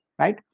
Right